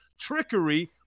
trickery